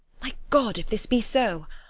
my god, if this be so!